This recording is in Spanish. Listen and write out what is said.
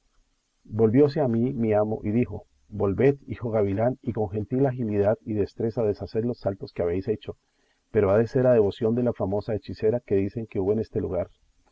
volvióse a mí mi amo y dijo volved hijo gavilán y con gentil agilidad y destreza deshaced los saltos que habéis hecho pero ha de ser a devoción de la famosa hechicera que dicen que hubo en este lugar